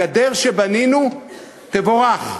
הגדר שבנינו, תבורך.